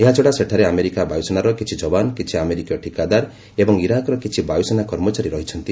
ଏହାଛଡ଼ା ସେଠାରେ ଆମେରିକା ବାୟସେନାର କିଛି ଯବାନ କିଛି ଆମେରିକୀୟ ଠିକାଦାର ଏବଂ ଇରାକର କିଛି ବାୟୁସେନା କର୍ମଚାରୀ ରହିଛନ୍ତି